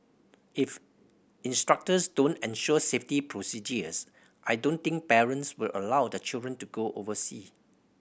if instructors don't ensure safety procedures I don't think parents will allow their children to go oversea